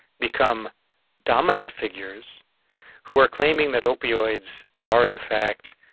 become dominant figures who are claiming that opioids are, in fact,